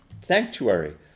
sanctuary